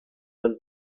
will